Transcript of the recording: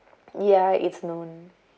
ya it's known